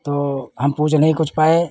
तो हम पूछ नहीं कुछ पाए